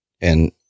And-